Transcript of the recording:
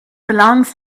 belongs